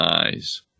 eyes